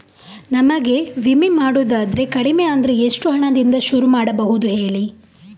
ನಮಗೆ ವಿಮೆ ಮಾಡೋದಾದ್ರೆ ಕಡಿಮೆ ಅಂದ್ರೆ ಎಷ್ಟು ಹಣದಿಂದ ಶುರು ಮಾಡಬಹುದು ಹೇಳಿ